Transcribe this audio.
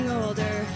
older